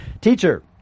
Teacher